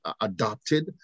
adopted